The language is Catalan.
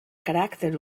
caràcter